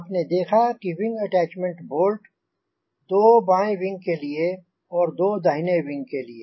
आपने देखा wing attachment bolt दो बाएँ विंग के लिए और दो दाहिने विंग के लिए